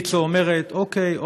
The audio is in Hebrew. ויצו אומרת: אוקיי,